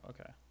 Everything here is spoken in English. okay